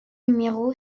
numéro